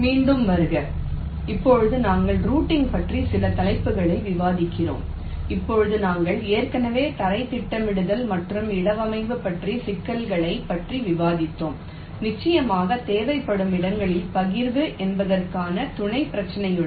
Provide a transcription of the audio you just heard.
மீண்டும் வருக இப்போது நாங்கள் ரூட்டிங் பற்றி சில தலைப்புகளை விவாதிக்கிறோம் இப்போது நாங்கள் ஏற்கனவே தரைத் திட்டமிடல் மற்றும் இடவமைப்பு பற்றிய சிக்கல்களைப் பற்றி விவாதித்தோம் நிச்சயமாக தேவைப்படும் இடங்களில் பகிர்வு செய்வதற்கான துணைப் பிரச்சினையுடன்